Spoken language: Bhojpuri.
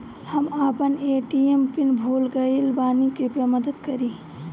हम अपन ए.टी.एम पिन भूल गएल बानी, कृपया मदद करीं